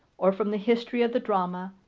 or from the history of the drama,